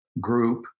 group